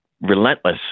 relentless